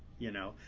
you know.